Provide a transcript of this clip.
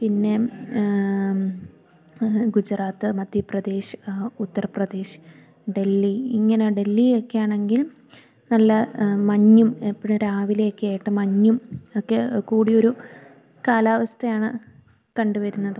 പിന്നെ ഗുജറാത്ത് മധ്യപ്രദേശ് ഉത്തർപ്രദേശ് ഡെല്ലി ഇങ്ങനെ ഡെല്ലിയൊക്കയാണെങ്കിൽ നല്ല മഞ്ഞും എപ്പോഴും രാവിലെയൊക്കെയായിട്ട് മഞ്ഞും ഒക്കെ കൂടിയൊരു കാലാവസ്ഥയാണ് കണ്ടുവരുന്നത്